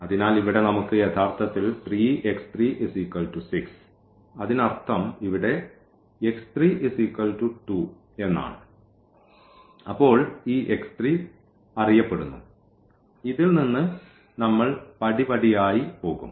അതിനാൽ ഇവിടെ നമുക്ക് യഥാർത്ഥത്തിൽ അതിനർത്ഥം ഇവിടെ എന്നാണ് അപ്പോൾ ഈ അറിയപ്പെടുന്നു ഇതിൽ നിന്ന് നമ്മൾ പടിപടിയായി പോകും